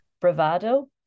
bravado